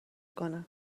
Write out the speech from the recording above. کنه